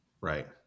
Right